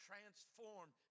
transformed